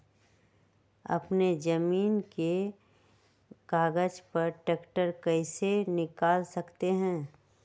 अपने जमीन के कागज पर ट्रैक्टर कैसे निकाल सकते है?